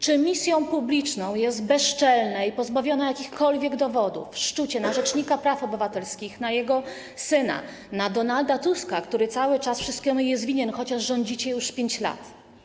Czy misją publiczną jest bezczelne i pozbawione jakichkolwiek dowodów szczucie na rzecznika praw obywatelskich, na jego syna, na Donalda Tuska, który cały czas wszystkiemu jest winien, chociaż rządzicie już 5 lat?